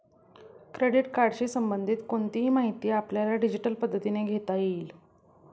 credit कार्डशी संबंधित कोणतीही माहिती आपल्याला डिजिटल पद्धतीने घेता येईल